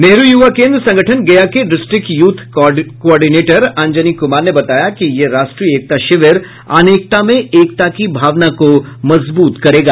नेहरू युवा केंद्र संगठन गया के district youth coordinator Anjani Kumar ने बताया कि यह राष्ट्रीय एकता शिविर अनेकता में एकता की भावना को मजबूत करेगा